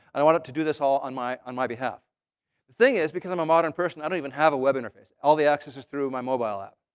and i want them to do this all on my on my behalf. the thing is, because i'm a modern person, i don't even have a web interface. all the access is through my mobile app.